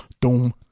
doom